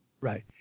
Right